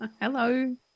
Hello